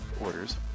orders